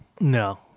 no